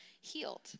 healed